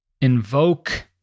invoke